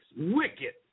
wicked